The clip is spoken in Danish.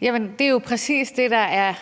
Jamen det er jo præcis det, der er